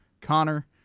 Connor